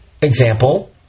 Example